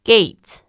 Gate